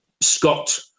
Scott